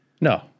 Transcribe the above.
No